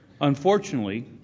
Unfortunately